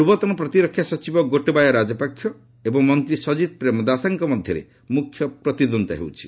ପୂର୍ବତନ ପ୍ରତିରକ୍ଷା ସଚିବ ଗୋଟବାୟା ରାଜପାକ୍ଷ୍ୟ ଏବଂ ମନ୍ତ୍ରୀ ସଜିତ ପ୍ରେମଦାସଙ୍କ ମଧ୍ୟରେ ମୁଖ୍ୟ ପ୍ରତିଦ୍ୱନ୍ଦ୍ୱିତା ହେଉଛି